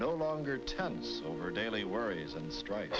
no longer time over daily worries and strike